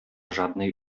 żadnej